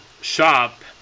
shop